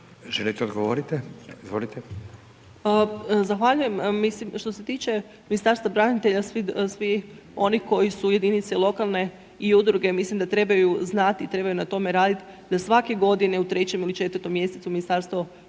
**Slonjšak, Anka** Zahvaljujem. Mislim, što se tiče Ministarstva branitelja, svi oni koji su jedinice lokalne i udruge, mislim da trebaju znati i trebaju na tome raditi da svake godine u 3. ili 4. mjesecu Ministarstvo